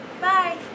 Bye